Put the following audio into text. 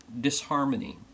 disharmony